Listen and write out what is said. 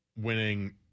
winning